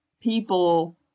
people